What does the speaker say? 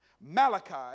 Malachi